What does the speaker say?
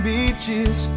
Beaches